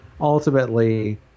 Ultimately